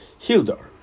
Hilda